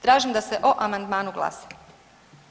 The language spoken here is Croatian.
Tražim da se o amandmanu glasa.